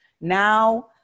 Now